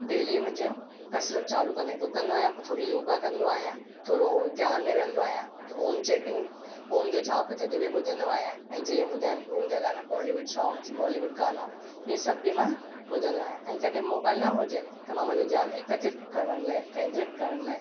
daily मुंहिंजो कसरतु चालू कंदो आहियां ॾुकंदो आहियां त पोइ थोरी योगा कंदो आहियां थोरो ध्यानु में वेहंदो आहियां त ओम चेटिंग ओम जो जाप थदि में ॿुधंदो आहियां ऐं जीअं ॿुधायमि बॉलीवुड सोंग्स बॉलीवुड गाना हीअ सभु बि मां ॿुधंदो आहियां ऐं कॾहिं मोबाइल न हुजे त मां मुंहिंजो ध्यानु एकत्रित करण लाइ केंद्रित करण लाइ